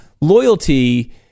loyalty